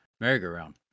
merry-go-round